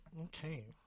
okay